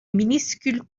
minuscules